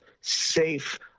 safe